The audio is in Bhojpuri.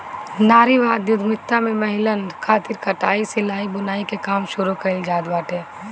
नारीवादी उद्यमिता में महिलन खातिर कटाई, सिलाई, बुनाई के काम शुरू कईल जात बाटे